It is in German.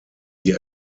wie